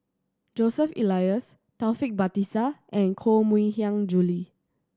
Joseph Elias Taufik Batisah and Koh Mui Hiang Julie